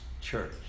Church